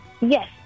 Yes